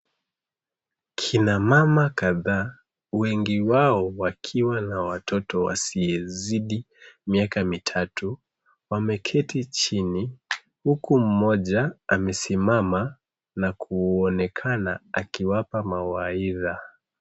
KIna mama kadhaa, wengi wao wakiwa na watoto wasiozidi miaka mitatu, wameketi chini huku mmoja amesimama na kuonekana akiwapa mawaidha.